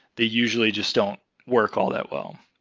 they usually just don't work all that well.